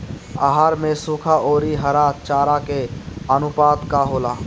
आहार में सुखा औरी हरा चारा के आनुपात का होला?